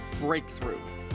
Breakthrough